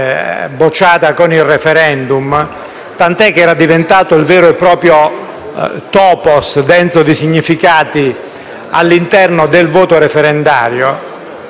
bocciata con il *referendum*, tant'è che era diventato un vero e proprio *topos*, denso di significati, nel voto referendario.